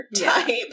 type